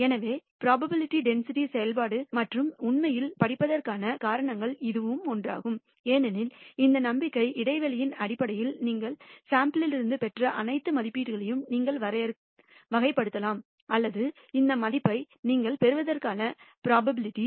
எனவே probability density செயல்பாடுகளை நாம் உண்மையில் படித்ததற்கான காரணங்களில் இதுவும் ஒன்றாகும் ஏனெனில் இந்த நம்பிக்கை இடைவெளியின் அடிப்படையில் நீங்கள் சாம்பிள் யிலிருந்து பெற்ற அனைத்து மதிப்பீடுகளையும் நீங்கள் வகைப்படுத்தலாம் அல்லது இந்த மதிப்பை நீங்கள் பெறுவதற்கான பிராபலடி